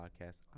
podcast